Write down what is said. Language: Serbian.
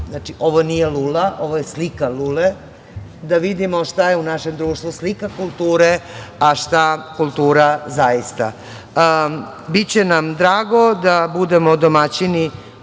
Znači, ovo nije lula, ovo je slika lule. Dakle, da vidimo šta je u našem društvu slika kulture, a šta kultura zaista. Biće nam drago da budemo domaćini